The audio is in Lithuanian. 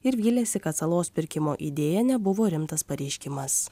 ir vylėsi kad salos pirkimo idėja nebuvo rimtas pareiškimas